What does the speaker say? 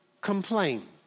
complain